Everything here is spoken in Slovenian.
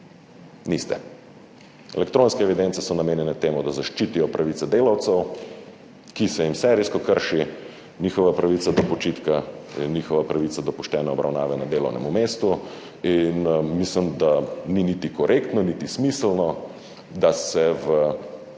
Niste. Elektronske evidence so namenjene temu, da zaščitijo pravice delavcev, ki se jim serijsko krši njihova pravica do počitka, to je njihova pravica do poštene obravnave na delovnem mestu, in mislim, da ni niti korektno niti smiselno, da se v